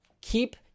keep